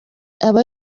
aba